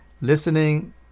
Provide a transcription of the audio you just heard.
Listening